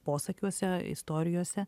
posakiuose istorijose